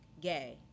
Gay